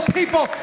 people